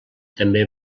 també